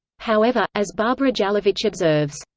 however, as barbara jelavich observes,